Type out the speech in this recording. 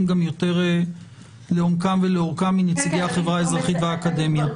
גם יותר לעומקם ולאורכם מנציגי החברה האזרחית והאקדמיה.